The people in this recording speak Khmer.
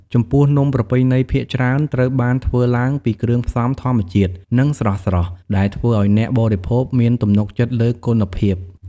ចំពោះ នំប្រពៃណីភាគច្រើនត្រូវបានធ្វើឡើងពីគ្រឿងផ្សំធម្មជាតិ និងស្រស់ៗ ដែលធ្វើឲ្យអ្នកបរិភោគមានទំនុកចិត្តលើគុណភាព។